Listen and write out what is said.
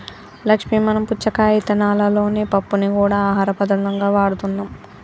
లక్ష్మీ మనం పుచ్చకాయ ఇత్తనాలలోని పప్పుని గూడా ఆహార పదార్థంగా వాడుతున్నాం